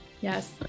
Yes